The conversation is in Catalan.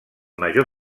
major